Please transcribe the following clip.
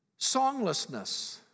Songlessness